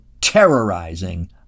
terrorizing